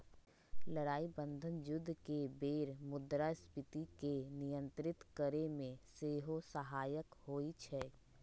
लड़ाइ बन्धन जुद्ध के बेर मुद्रास्फीति के नियंत्रित करेमे सेहो सहायक होइ छइ